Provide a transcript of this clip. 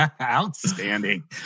Outstanding